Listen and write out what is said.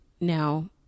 now